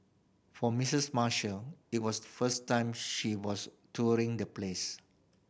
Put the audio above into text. for Missus Marshall it was first time she was touring the place